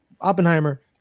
Oppenheimer